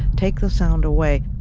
take the sound away